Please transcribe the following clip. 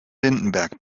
lindenberg